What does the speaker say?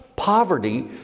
poverty